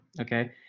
Okay